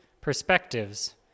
perspectives